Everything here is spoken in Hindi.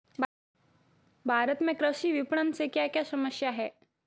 भारत में कृषि विपणन से क्या क्या समस्या हैं?